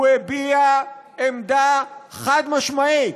הוא הביע עמדה חד-משמעית.